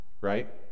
Right